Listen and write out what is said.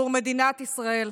עבור מדינת ישראל.